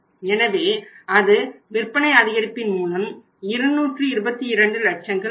எனவே அது விற்பனை அதிகரிப்பின் மூலம் 222 லட்சங்கள் வரும்